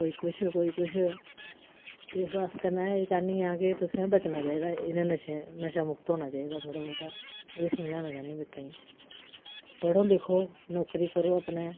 कोई किश कोई किश ते इस आस्तै में एह् चाह्न्नी आं कि तुसें बचना चाहिदा इनें नशा शा नशा मुक्त होना चाहिदा थोह्ड़ा बहुता एह् समझाना चाह्न्नी बच्चें गी कि पढ़ो लिखो नौकरी करो अपने